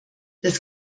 das